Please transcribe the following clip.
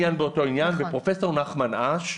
פרופ' נחמן אש,